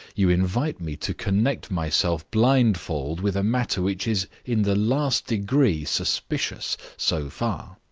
you invite me to connect myself blindfold with a matter which is in the last degree suspicious, so far.